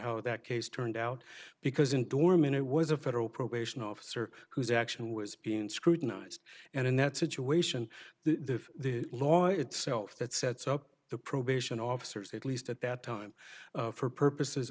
how that case turned out because in dorman it was a federal probation officer whose action was being scrutinized and in that situation the law itself that sets up the probation officers at least at that time for purposes